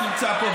שנמצא פה,